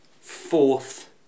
fourth